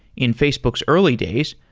in facebook's early days,